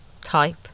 type